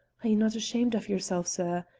are you not ashamed of yourself, sir?